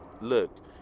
Look